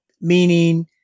meaning